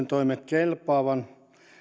toimet kelpaavan